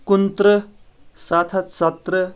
کُنتٕرٕہ ستھ ہتھ ستٕترٕہ